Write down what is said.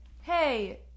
Hey